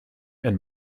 and